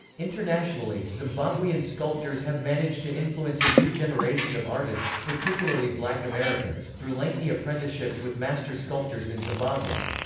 internationally, zimbabwean sculptors have managed to influence a new generation of artists, particularly black americans, through lengthy apprenticeships with master sculptors in zimbabwe.